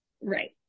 right